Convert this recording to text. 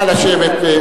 נא לשבת,